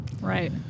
Right